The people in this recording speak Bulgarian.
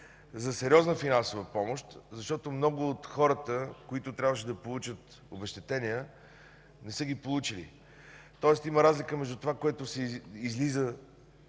за сериозна финансова помощ, защото много от хората, които трябваше да получат обезщетение, не са ги получили. Тоест има разлика между това, което се показва,